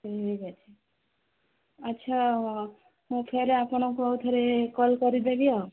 ଠିକ୍ ଅଛି ଆଚ୍ଛା ମୁଁ ଫେରେ ଆପଣଙ୍କୁ ଆଉ ଥରେ କଲ୍ କରି ଦେବି ଆଉ